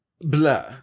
Blah